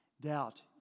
doubt